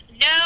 No